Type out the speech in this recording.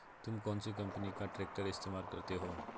तुम कौनसी कंपनी का ट्रैक्टर इस्तेमाल करते हो?